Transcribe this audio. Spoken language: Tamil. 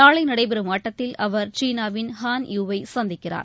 நாளைநடைபெறும் ஆட்டத்தில் அவர் சீனாவின் ஹான் யூவை சந்திக்கிறார்